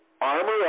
armor